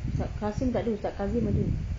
ustaz kasim ustaz kazim ada